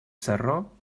sarró